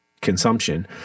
consumption